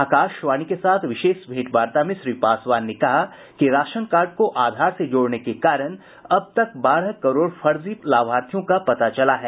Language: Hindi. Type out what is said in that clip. आकाशवाणी के साथ विशेष भेंटवार्ता में श्री पासवान ने कहा कि राशन कार्ड को आधार से जोड़ने के कारण अब तक बारह करोड़ फर्जी लाभार्थियों का पता चला है